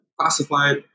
classified